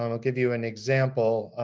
um i'll give you an example.